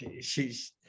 she's-